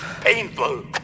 painful